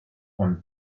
und